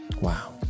Wow